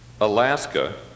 Alaska